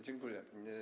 Dziękuję.